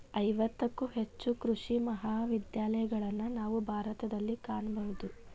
ಐವತ್ತಕ್ಕೂ ಹೆಚ್ಚು ಕೃಷಿ ಮಹಾವಿದ್ಯಾಲಯಗಳನ್ನಾ ನಾವು ಭಾರತದಲ್ಲಿ ಕಾಣಬಹುದು